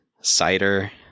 cider